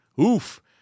oof